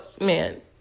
man